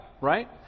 Right